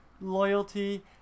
loyalty